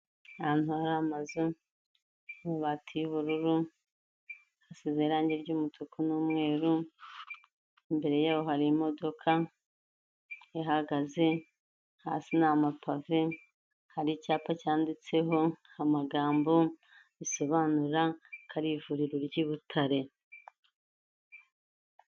Ahantu hari amazu, n'amabati y'ubururu hasize irangi ry'umutuku n'umweru imbere yaho hari imodoka ihagaze. Hasi ni amapave, hari icyapa cyanditseho amagambo risobanura ko ari ivuriro ry'i Butare.